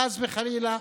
חס וחלילה,